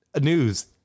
news